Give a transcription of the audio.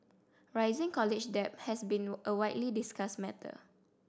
rising college debt has been a widely discussed matter